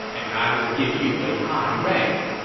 and i will give you a high rank.